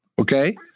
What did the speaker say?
okay